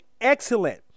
excellent